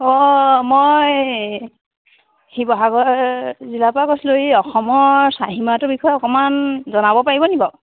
অ' মই শিৱসাগৰ জিলাৰ পা কৈছিলোঁ এই অসমৰ চাৰিসীমাটো বিষয়ে অকণমান জনাব পাৰিব নি বাৰু